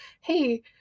hey